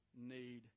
need